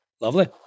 Lovely